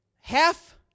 half